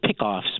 pickoffs